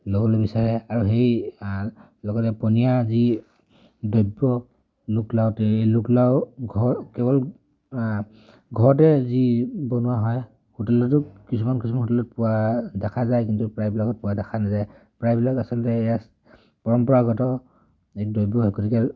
ল'বলৈ বিচাৰে আৰু সেই লগতে পনীয়া যি দ্ৰব্য লোক লাওতে এই লোকলাও ঘৰ কেৱল ঘৰতে যি বনোৱা হয় হোটেলতো কিছুমান কিছুমান হোটেলত পোৱা দেখা যায় কিন্তু প্ৰায়বিলাকত পোৱা দেখা নাযায় প্ৰায়বিলাক আচলতে ইয়াৰ পৰম্পৰাগত এক দ্ৰব্য গতিকে